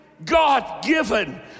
god-given